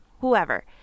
whoever